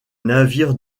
navires